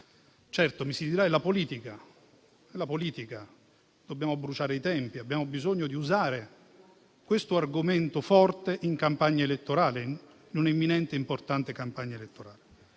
Certo, mi si dirà che è la politica: dobbiamo bruciare i tempi; abbiamo bisogno di usare questo argomento forte in una imminente e importante campagna elettorale.